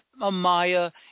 Amaya